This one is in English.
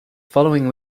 following